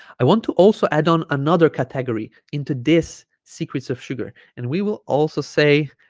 i want to also add on another category into this secrets of sugar and we will also say